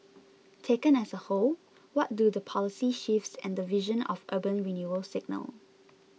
taken as a whole what do the policy shifts and the vision of urban renewal signal